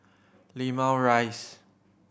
Limau Rise